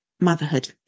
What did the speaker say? motherhood